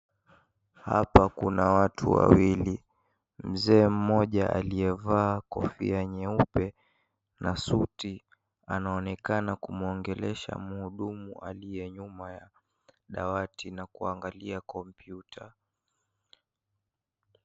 Hapa kuna watu wawili. Mzee mmoja aliyevaa kofia nyeupe na suti, anaonekana kumwongelesha mhudumu aliye nyuma ya dawati na kuangalia kompyuta.